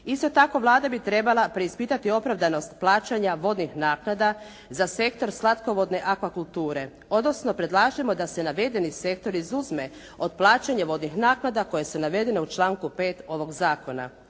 Isto tako, Vlada bi trebala preispitati opravdanost plaćanja vodnih naknada za sektor slatkovodne akvakulture, odnosno predlažemo da se navedeni sektor izuzme od plaćanja vodnih naknada koje su navedene u članku 5. ovog zakona.